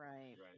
Right